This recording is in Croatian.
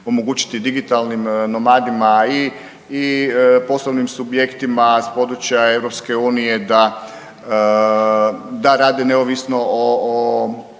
digitalnim nomadima i poslovnim subjektima s područja EU da, da rade neovisno o